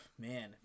man